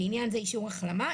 לענין זה אישור החלמה,